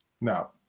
No